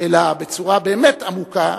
אלא בצורה באמת עמוקה,